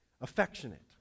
affectionate